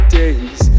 days